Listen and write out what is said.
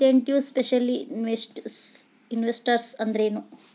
Institutional investors ಅಂದ್ರೇನು?